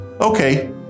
Okay